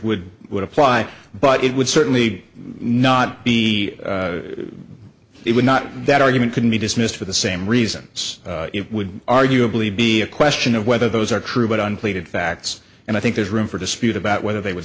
would would apply but it would certainly not be it would not that argument can be dismissed for the same reasons it would arguably be a question of whether those are true but on pleaded facts and i think there's room for dispute about whether they would